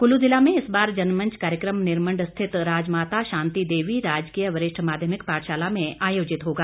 कुल्लू ज़िला में इस बार जनमंच कार्यक्रम निरमंड स्थित राजमाता शांति देवी राजकीय वरिष्ठ माध्यमिक पाठशाला में आयोजित होगा